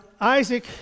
Isaac